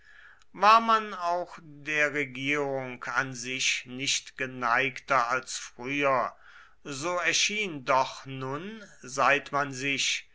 war man auch der regierung an sich nicht geneigter als früher so erschien doch nun seit man sich